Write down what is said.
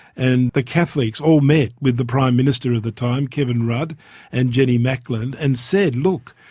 and the catholics all met with the prime minister of the time, kevin rudd and jenny macklin and said, look,